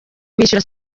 kwishyura